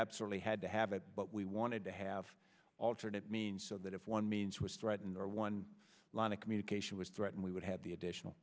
absolutely had to have it but we wanted to have alternate means so that if one means was threatened or one line of communication was threatened we would have the additional